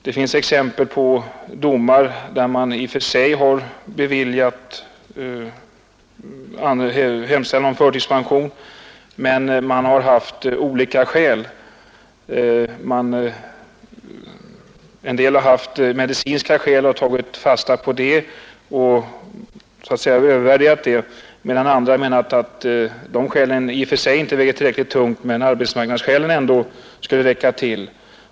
Det finns exempel på domar där hemställan om förtidspension i och för sig har beviljats men där olika skäl har åberopats. En del har tagit fasta på medicinska skäl och så att säga övervärderat dessa, medan andra har menat att de skälen inte i och för sig vägde tillräckligt tungt men att arbetsmarknadsskälen ändå skulle räcka till.